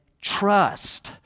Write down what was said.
trust